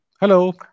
Hello